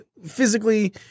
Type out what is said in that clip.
Physically